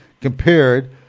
compared